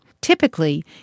Typically